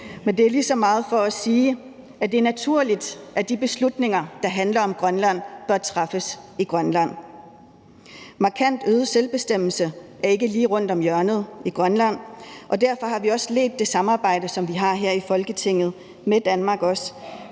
Men det er lige så meget for at sige, at det er naturligt, at de beslutninger, der handler om Grønland, bør træffes i Grønland. Markant øget selvbestemmelse i Grønland er ikke lige rundt om hjørnet, og derfor har vi også ledet det samarbejde med Danmark, som vi har her i Folketinget, ud fra parolen: